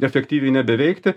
efektyviai nebeveikti